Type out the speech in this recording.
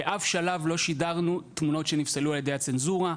באף שלב לא שידרנו תמונות שנפסלו על ידי הצנזורה.